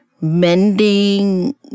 mending